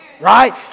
right